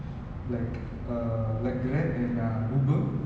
maybe it's it's a need more than a want to merge